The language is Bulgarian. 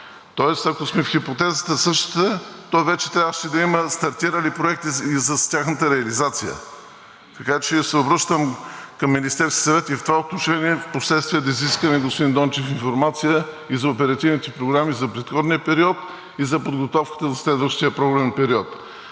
Тоест, ако сме в същата хипотеза, то вече трябваше да има стартирали проекти и с тяхната реализация. Така че се обръщам към Министерския съвет и в това отношение впоследствие да изискаме, господин Дончев, информация и за оперативните програми за предходния период, и за подготовката на следващия програмен период.